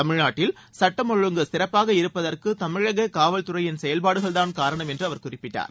தமிழ்நாட்டில் சுட்டம் ஒழுங்கு சிறப்பாக இருப்பதற்கு தமிழக காவல்துறையின் செயல்பாடுகள் தான் காரணம் என்றும் அவர் குறிப்பிட்டார்